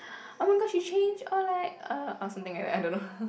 oh my god she change or like uh or something like that I don't know